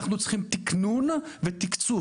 אנחנו צריכים תקנון ותקצוב.